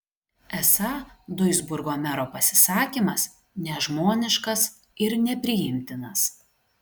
esą duisburgo mero pasisakymas nežmoniškas ir nepriimtinas